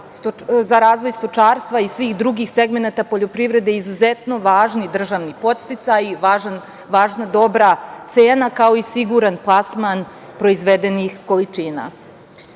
za razvoj stočarstva i svih drugih segmenata poljoprivrede izuzetno važni i državni podsticaji, važna dobra cena, kao i siguran plasman proizvednih količina. Imali